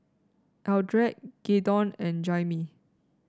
Eldred Graydon and Jaimee